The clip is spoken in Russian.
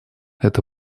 это